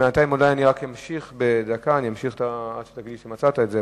אני אמשיך עד שתגיד לי שמצאת את זה,